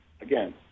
Again